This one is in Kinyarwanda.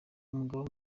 umugaba